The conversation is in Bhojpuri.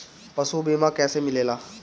पशु बीमा कैसे मिलेला?